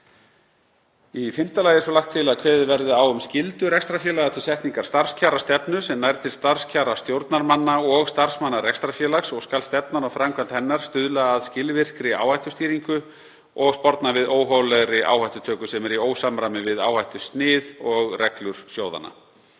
Í fimmta lagi er svo lagt til að kveðið verði á um skyldu rekstrarfélaga til setningar starfskjarastefnu sem nær til starfskjara stjórnarmanna og starfsmanna rekstrarfélags og skal stefnan og framkvæmd hennar stuðla að skilvirkri áhættustýringu og sporna við óhóflegri áhættutöku sem er í ósamræmi við áhættusnið og reglur sjóðanna.